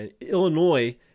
Illinois